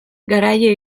garaile